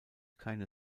keine